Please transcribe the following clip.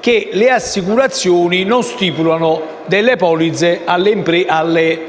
che le assicurazioni non stipulino polizze alle